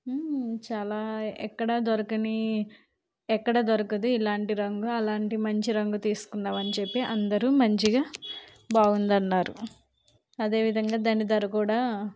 చాలా ఎక్కడ దొరకని ఎక్కడ దొరకదు ఇలాంటి రంగు అలాంటి మంచి రంగు తీసుకున్నావు అని చెప్పి అందరూ మంచిగా బావుందన్నారు అదే విధంగా దాని ధర కూడా